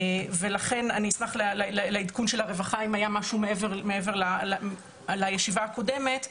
לכן אני אשמח לעדכון של הרווחה אם היה משהו מעבר לישיבה הקודמת.